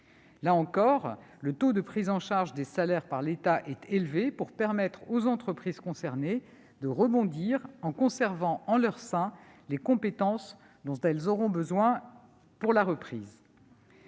Là encore, le taux de prise en charge des salaires par l'État est élevé pour permettre aux entreprises concernées de rebondir en conservant en leur sein les compétences dont elles auront besoin pour la reprise.